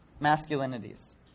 masculinities